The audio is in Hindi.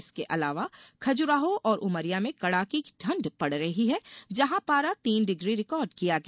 इसके अलावा खजुराहो और उमरिया में कड़ाके की ठंड़ पड़ रही है जहां पारा तीन डिग्री रिकार्ड किया गया